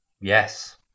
yes